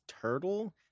turtle